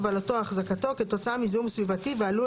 הובלתו או החזקתו או כתוצאה מזיהום סביבתי ועלול